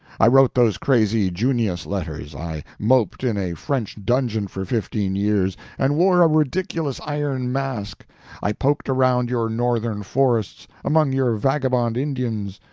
i wrote those crazy junius letters, i moped in a french dungeon for fifteen years, and wore a ridiculous iron mask i poked around your northern forests, among your vagabond indians,